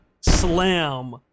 slam